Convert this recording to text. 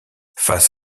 face